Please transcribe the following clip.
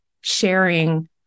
sharing